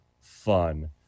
fun